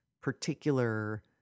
particular